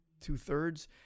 two-thirds